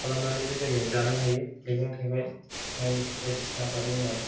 खालामनानैबो जोङो जानो हायो मैगं थाइगं माइ बायदिसिना आबाद मावनानै